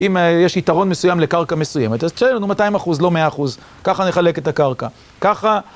אם יש יתרון מסוים לקרקע מסוימת, אז תשאיר לנו 200 אחוז, לא 100 אחוז, ככה נחלק את הקרקע. ככה...